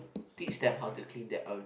teach them how to clean them own